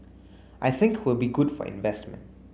I think will be good for investment